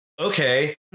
okay